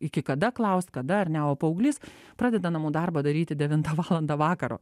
iki kada klaust kada ar ne o paauglys pradeda namų darbą daryti devintą valandą vakaro